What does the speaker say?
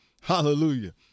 Hallelujah